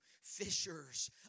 fishers